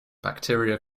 bacteria